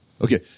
Okay